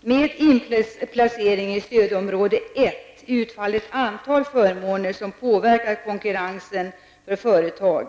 Med inplacering i stödområde 1 utfaller ett antal förmåner som påverkar konkurrensen för företag.